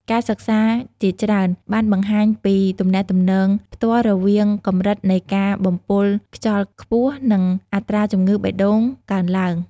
ការសិក្សាជាច្រើនបានបង្ហាញពីទំនាក់ទំនងផ្ទាល់រវាងកម្រិតនៃការបំពុលខ្យល់ខ្ពស់ និងអត្រាជំងឺបេះដូងកើនឡើង។